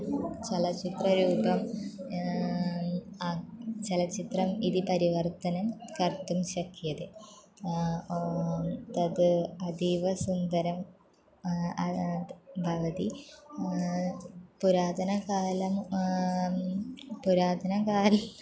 चलच्चित्ररूपम् चलच्चित्रम् इति परिवर्तनं कर्तुं शक्यते तद् अतीव सुन्दरम् भवति पुरातनकालं पुरातनकालं